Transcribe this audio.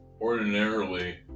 ordinarily